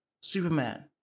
Superman